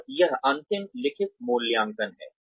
और यह अंतिम लिखित मूल्यांकन है